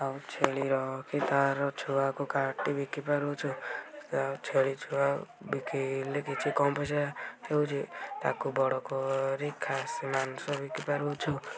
ଆଉ ଛେଳି ରଖି ତାର ଛୁଆକୁ କାଟି ବିକିପାରିଛୁ ଆଉ ଛେଳି ଛୁଆ ବିକିଲେ କିଛି କମ୍ ପଇସା ହେଉଛି ତାକୁ ବଡ଼ କରି ଖାସି ମାଂସ ବିକିପାରୁଛୁ